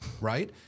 right